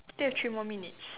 still have three more minutes